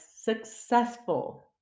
successful